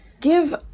give